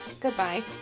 goodbye